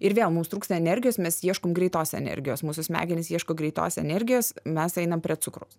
ir vėl mums trūksta energijos mes ieškom greitos energijos mūsų smegenys ieško greitos energijos mes einam prie cukraus